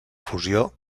fusió